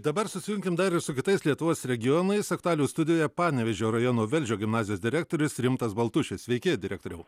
dabar susijunkim dar ir su kitais lietuvos regionais aktualijų studijoje panevėžio rajono velžio gimnazijos direktorius rimtas baltušis sveiki direktoriau